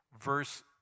verse